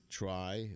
try